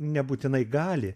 nebūtinai gali